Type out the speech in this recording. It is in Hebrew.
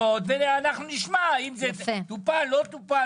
תעבירו את הרשימות ואנחנו נשמע אם זה טופל או לא טופל.